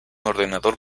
ordenador